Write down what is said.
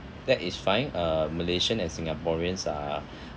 that is fine uh malaysians and singaporeans are